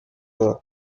part